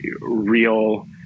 real